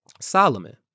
Solomon